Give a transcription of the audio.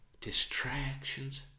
distractions